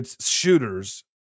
shooters